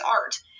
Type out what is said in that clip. art